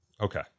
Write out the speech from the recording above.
Okay